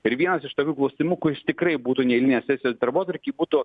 ir vienas iš tokių klausimų kuris tikrai būtų neeilinės sesijos darbotvarkėj būtų